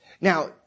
Now